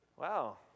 Wow